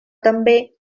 també